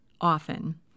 often